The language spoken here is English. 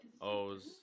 O's